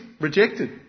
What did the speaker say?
rejected